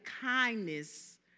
kindness